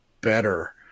better